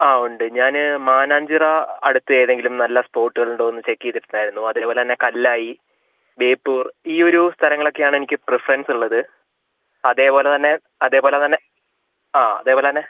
ആ ഉണ്ട് ഞാൻ മാനാഞ്ചിറ അടുത്ത് ഏതെങ്കിലും നല്ല സ്പോട്ടുകൾ ഉണ്ടോയെന്ന് ചെക്ക് ചെയ്തിട്ട് ഉണ്ടായിരുന്നു അപ്പോൾ അതുപോലെത്തന്നെ കല്ലായി ബേപ്പൂർ ഈ ഒരു സ്ഥലങ്ങൾ ഒക്കെ ആണ് എനിക്ക് പ്രിഫറൻസ് ഉള്ളത് അതുപോലെത്തന്നെ അതുപോലെത്തന്നെ ആ അതുപോലെത്തന്നെ